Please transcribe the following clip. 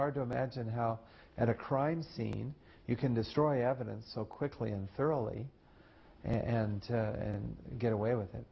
hard to imagine how at a crime scene you can destroy evidence so quickly and thoroughly and get away with